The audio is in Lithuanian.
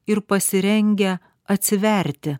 ir pasirengę atsiverti